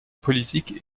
politiques